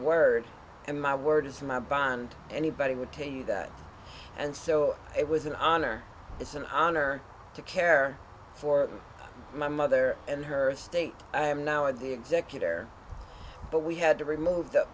word and my word is my bond anybody would tell you that and so it was an honor it's an honor to care for my mother and her state i am now at the executor but we had to remove